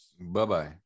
bye-bye